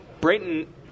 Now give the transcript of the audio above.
Brayton